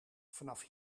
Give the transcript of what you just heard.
vanaf